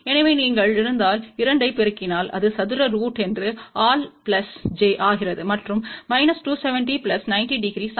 எனவே நீங்கள் இருந்தால் 2 ஐ பெருக்கினால் அது சதுர ரூட் 2 ஆல் பிளஸ் j ஆகிறது மற்றும் மைனஸ் 270 பிளஸ் 90 டிகிரி சமம்